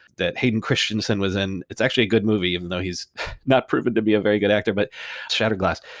that hayden christensen was in? it's actually a good movie, even though he's not proven to be a very good actor, but shattered glass.